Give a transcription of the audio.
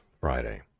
friday